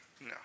No